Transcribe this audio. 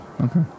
Okay